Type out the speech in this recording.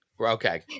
okay